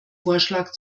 vorschlag